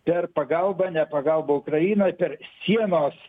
per pagalbą ne pagalbą ukrainai per sienos